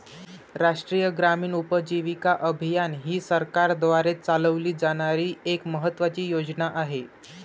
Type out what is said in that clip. राष्ट्रीय ग्रामीण उपजीविका अभियान ही सरकारद्वारे चालवली जाणारी एक महत्त्वाची योजना आहे